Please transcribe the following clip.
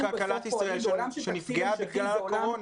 אתה מתייחס לנתונים הכלכליים של כלכלת ישראל שנפגעה בגלל הקורונה.